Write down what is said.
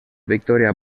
victòria